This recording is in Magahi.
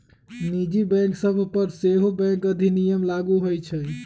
निजी बैंक सभ पर सेहो बैंक अधिनियम लागू होइ छइ